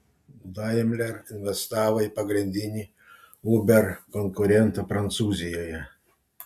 daimler investavo į pagrindinį uber konkurentą prancūzijoje